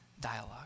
dialogue